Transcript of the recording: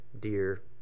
deer